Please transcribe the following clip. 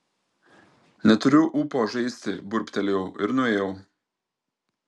neturiu ūpo žaisti burbtelėjau ir nuėjau